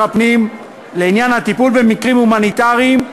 הפנים לעניין הטיפול במקרים הומניטריים,